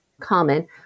common